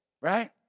right